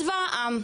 צבא העם.